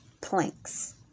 planks